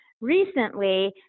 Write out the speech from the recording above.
recently